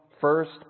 first